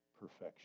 perfection